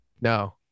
No